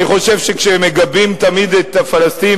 אני חושב שכאשר מגבים תמיד את הפלסטינים